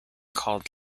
called